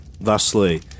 thusly